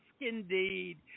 indeed